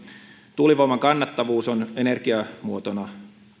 tuulivoiman kannattavuus on energiamuotona